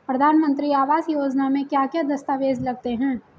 प्रधानमंत्री आवास योजना में क्या क्या दस्तावेज लगते हैं?